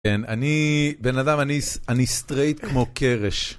כן, אני בן אדם, אני אני סטרייט כמו קרש.